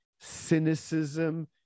cynicism